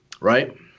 right